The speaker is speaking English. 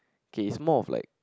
kay is more of like